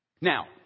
Now